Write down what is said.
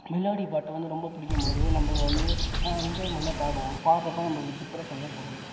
melody பாட்டு வந்து ரொம்ப பிடிக்கும் போது நம்மளுக்கு வந்து என்ஜாய்மெண்ட்டாக பாடுவோம் பாடுறப்ப நம்மளுக்கு டிப்ரெஷன்லாம் குறையும்